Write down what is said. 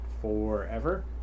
forever